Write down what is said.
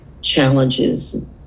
challenges